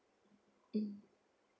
mm